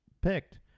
picked